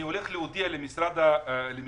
אני הולך להודיע למשרד השיכון